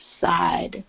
side